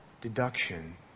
deduction